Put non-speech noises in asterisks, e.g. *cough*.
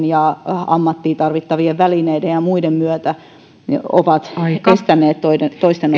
*unintelligible* ja ammattiin tarvittavien välineiden ja muiden myötä ovat estäneet toisten *unintelligible*